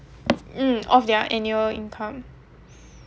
mm of their annual income